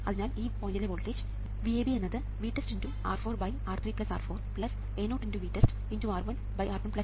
അതിനാൽ ഈ പോയിൻറ്ലെ വോൾട്ടേജ് VAB എന്നത് VTEST×R4R3R4A0×VTESTR1R1R2R3R3R4 ആയിരിക്കും